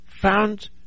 Found